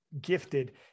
gifted